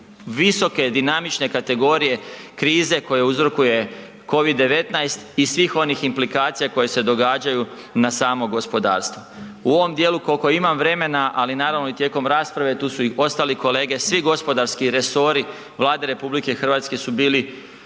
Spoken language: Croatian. visoke, dinamične kategorije krize koju uzrokuje Covid-19 i svih onih implikacija koje se događaju na samo gospodarstvo. U ovom dijelu koliko imam vremena, ali naravno i tijekom rasprave tu su i ostali kolege, svi gospodarski resori Vlade RH su bili